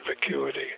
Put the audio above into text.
vacuity